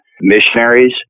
missionaries